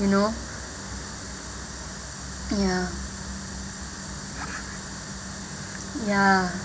you know ya ya